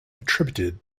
attributed